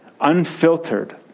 unfiltered